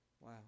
Wow